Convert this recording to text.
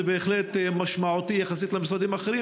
זה בהחלט משמעותי יחסית למשרדים אחרים,